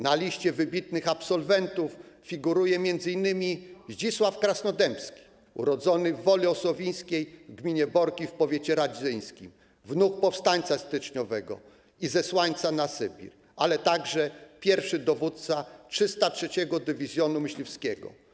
Na liście wybitnych absolwentów figuruje m.in. Zdzisław Krasnodębski, urodzony w Woli Osowińskiej w gminie Borki w powiecie radzyńskim, wnuk powstańca styczniowego i zesłańca na Sybir, ale także pierwszy dowódca 303. Dywizjonu Myśliwskiego.